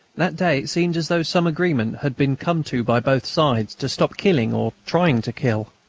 that day it seemed as though some agreement had been come to by both sides to stop killing or trying to kill.